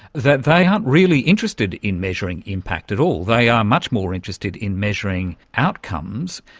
that they aren't really interested in measuring impact at all, they are much more interested in measuring outcomes,